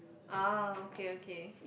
ah okay okay